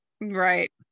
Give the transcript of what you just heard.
Right